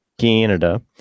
Canada